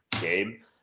game